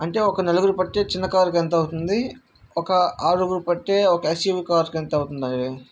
అంటే ఒక నలుగురు పట్టే చిన్న కారుకు ఎంత అవుతుంది ఒక ఆరుగురు పట్టే ఒక ఎస్యువి కార్కి ఎంత అవుతుంది